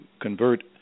convert